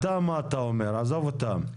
אתה מה אתה אומר, עזוב אותם.